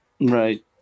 Right